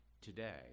today